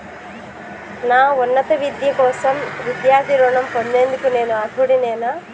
నా ఉన్నత విద్య కోసం విద్యార్థి రుణం పొందేందుకు నేను అర్హుడినేనా?